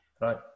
Right